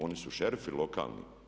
Oni su šerifi lokalni.